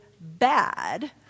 bad